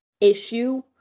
issue